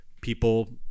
people